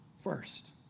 first